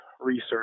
research